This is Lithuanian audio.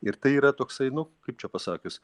ir tai yra toksai nu kaip čia pasakius